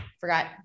forgot